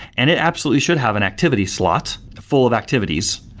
and it absolutely should have an activity slot full of activities.